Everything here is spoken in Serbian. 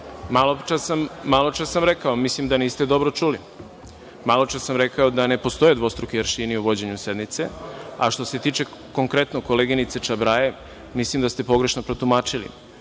Tepić. Maločas sam rekao, mislim da niste dobro čuli, maločas sam rekao da ne postoje dvostruki aršini u vođenju sednice. Što se tiče konkretno koleginice Čabraje, mislim da ste pogrešno protumačili,